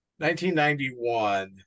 1991